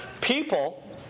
people